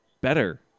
better